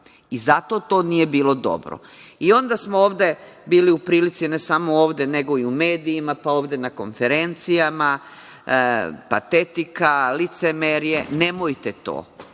Zato to nije bilo dobro. Onda smo ovde bili u prilici da vidimo, ne samo ovde, nego i u medijima, pa ovde na konferencijama, patetika, licemerje. Nemojte to.